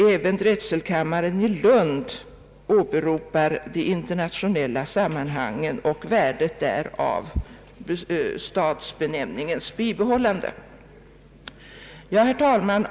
Även drätselkammaren i Lund åberopar de internationella sammanhangen och värdet av stadsbenämningens bibehållande. Herr talman!